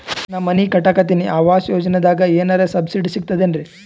ನಾ ಮನಿ ಕಟಕತಿನಿ ಆವಾಸ್ ಯೋಜನದಾಗ ಏನರ ಸಬ್ಸಿಡಿ ಸಿಗ್ತದೇನ್ರಿ?